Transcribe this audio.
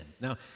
Now